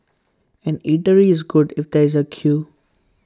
an eatery is good if there is A queue